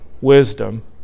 wisdom